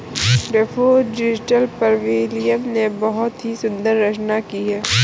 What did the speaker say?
daffodil पर William ने बहुत ही सुंदर रचना की है